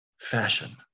fashion